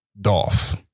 Dolph